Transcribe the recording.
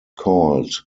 called